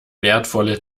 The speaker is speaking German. wertvolle